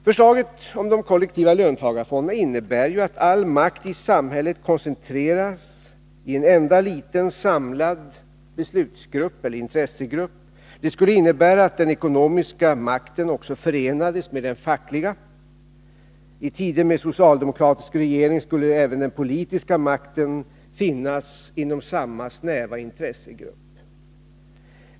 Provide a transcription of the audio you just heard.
Förslaget om de kollektiva löntagarfonderna innebär att all makt i samhället koncentreras till en enda, liten samlad intressegrupp. Det skulle medföra att den ekonomiska makten förenades med den fackliga. I tider med socialdemokratisk regering skulle även den politiska makten finnas inom samma snäva intressegrupp.